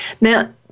Now